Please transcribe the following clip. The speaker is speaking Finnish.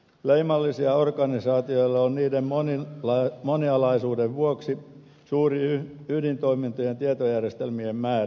leimallisia organisaatioille on niiden monialaisuuden vuoksi suuri ydintoiminnan tietojärjestelmien määrä